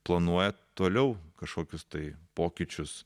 planuoja toliau kažkokius tai pokyčius